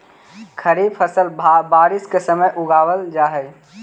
खरीफ फसल बारिश के समय उगावल जा हइ